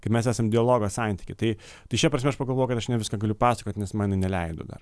kai mes esam dialogo santyky tai tai šia prasme aš pagalvojau kad aš ne viską galiu pasakoti nes man neleido dar